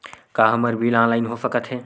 का हमर bill online हो सकत हे?